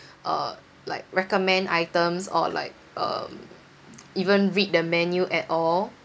uh like recommend items or like um even read the menu at all